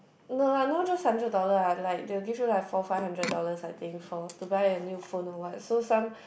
no lah no just hundred dollar ah like they will give you like four five hundred dollars I think for to buy a new phone or what so some